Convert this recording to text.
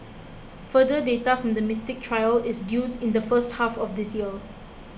further data from the Mystic trial is due in the first half of this year